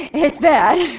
it's bad